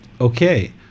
okay